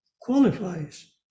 qualifies